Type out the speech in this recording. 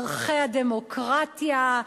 ערכי הדמוקרטיה,